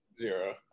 zero